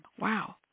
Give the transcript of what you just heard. wow